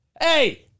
hey